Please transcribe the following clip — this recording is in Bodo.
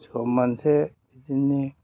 सम मोनसे बिदिनो